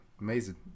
amazing